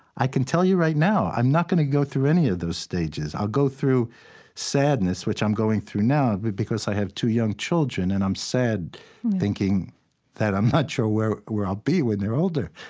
i can tell you right now, i'm not going to go through any of those stages. i'll go through sadness, which i'm going through now but because i have two young children, and i'm sad thinking that i'm not sure where where i'll be when they're older.